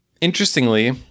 Interestingly